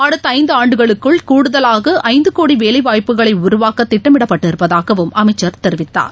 அடுத்தஐந்துஆண்டுகளுக்குள் கூடுதலாகஐந்தகோடிவேலைவாய்ப்புக்களைஉருவாக்கதிட்டமிடப்பட்டிருப்பதாகவும் அமைச்சர் தெரிவித்தார்